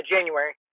January